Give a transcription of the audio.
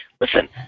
listen